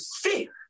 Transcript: fear